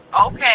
okay